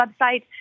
website